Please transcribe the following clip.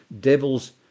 devils